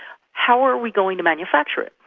how are we going to manufacture it?